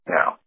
Now